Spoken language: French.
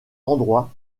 endroit